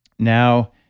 now,